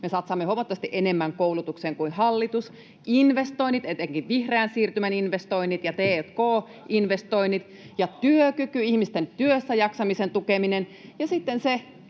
satsaamme huomattavasti enemmän koulutukseen kuin hallitus — investoinnit, etenkin vihreän siirtymän investoinnit ja t&k-investoinnit, ja työkyky, ihmisten työssäjaksamisen tukeminen